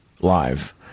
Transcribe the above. live